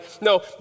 No